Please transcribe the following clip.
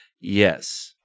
Yes